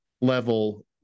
level